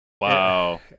Wow